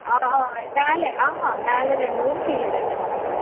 ஆ ஆ மேலே ஆஹான் மேலே ரெண்டு ரூம் கீழே ரெண்டு ரூம் இருக்கும்